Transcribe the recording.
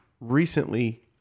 recently